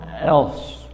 else